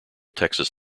texas